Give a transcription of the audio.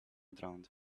drowned